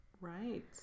Right